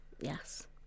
Yes